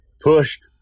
pushed